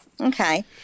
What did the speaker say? Okay